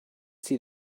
see